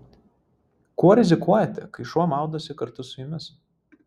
kuo rizikuojate kai šuo maudosi kartu su jumis